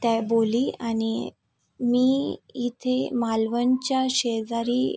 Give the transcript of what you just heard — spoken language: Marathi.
त्या बोली आणि मी इथे मालवणच्या शेजारी